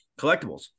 collectibles